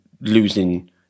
losing